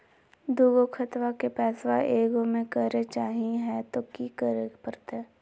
दू गो खतवा के पैसवा ए गो मे करे चाही हय तो कि करे परते?